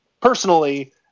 personally